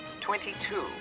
twenty-two